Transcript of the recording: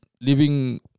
living